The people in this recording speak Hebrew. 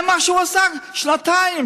אני קורא אותך קריאה שנייה.